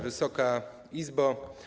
Wysoka Izbo!